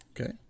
Okay